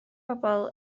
bobol